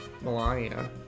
Melania